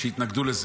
שיתנגדו לזה.